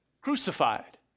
crucified